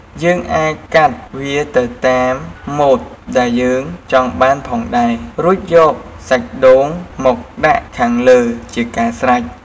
យើងអាចកាត់វាទៅតាមមូតដែលយើងចង់បានផងដែរ រួចយកសាច់ដូងមកដាក់ខាងលើជាការស្រេច។